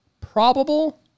Probable